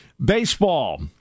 baseball